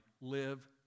live